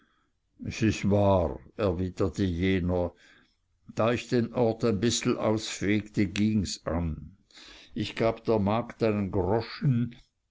s ist wahr erwiderte jener da ich den ort ein bissel ausfegte ging's an ich gab der magd einen groschen